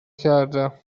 کردم